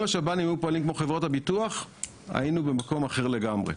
אם השב"נים היו פועלים כמו חברות הביטוח היינו במקום אחר לגמרי.